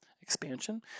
Expansion